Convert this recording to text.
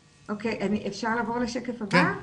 אפשר לעבור לשקף הבא?